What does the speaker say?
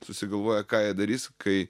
susigalvoja ką jie darys kai